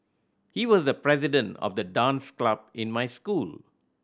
he was the president of the dance club in my school